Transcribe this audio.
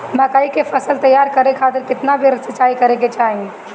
मकई के फसल तैयार करे खातीर केतना बेर सिचाई करे के चाही?